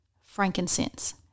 frankincense